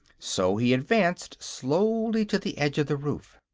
so he advanced slowly to the edge of the roof.